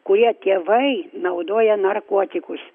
kurie tėvai naudoja narkotikus